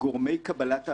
גורמי קבלת ההחלטות,